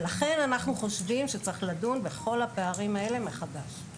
לכן אנחנו חושבים שצריך לדון בכל הפערים האלה מחדש.